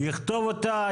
יכתוב אותה,